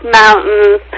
mountains